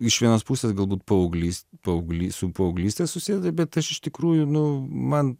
iš vienos pusės galbūt paauglys paauglys su paauglyste susiję tai bet aš iš tikrųjų nu man